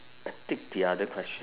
I take the other question